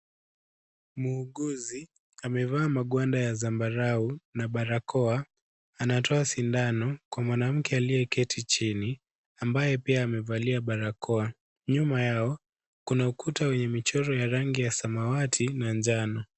Muuguzi amevaa magwanda ya zambarau na barakoa. Anatoa sindano kwa mwanamke aliyeketi chini ambaye pia amevalia barakoa. Nyuma yao kuna ukuta wenye michoro ya rangi ya samawati na njano.